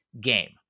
game